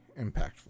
impactful